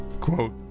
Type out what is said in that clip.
Quote